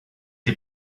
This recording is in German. die